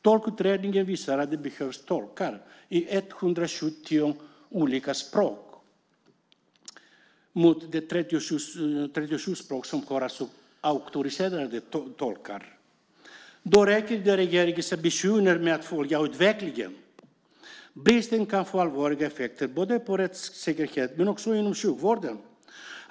Tolkutredningen visar att det behövs tolkar i 170 olika språk jämfört med de 37 språk som det finns auktoriserade tolkar för i dag. Då räcker inte regeringens ambitioner att följa utvecklingen. Bristen kan få allvarliga effekter både för rättssäkerheten och inom sjukvården.